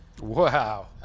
Wow